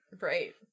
Right